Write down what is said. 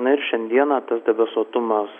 na ir šiandieną tas debesuotumas